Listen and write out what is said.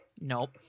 Nope